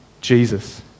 Jesus